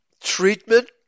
treatment